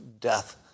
death